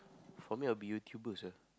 for me I'll be YouTuber sia